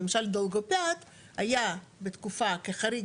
למשל דולגופיאט היה בתקופה כחריג,